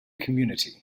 community